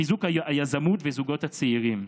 חיזוק היזמות והזוגות הצעירים.